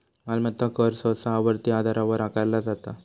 मालमत्ता कर सहसा आवर्ती आधारावर आकारला जाता